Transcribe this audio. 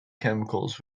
chemicals